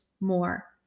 more